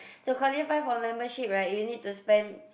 to qualify for membership right you need to spend